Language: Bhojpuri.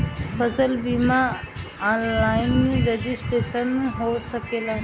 फसल बिमा ऑनलाइन रजिस्ट्रेशन हो सकेला?